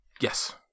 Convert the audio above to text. yes